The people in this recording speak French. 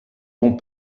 vend